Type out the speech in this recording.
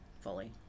fully